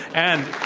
and